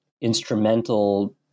instrumental